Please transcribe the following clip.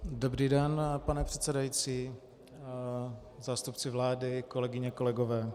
Dobrý den, pane předsedající, zástupci vlády, kolegyně, kolegové.